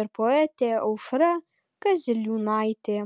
ir poetė aušra kaziliūnaitė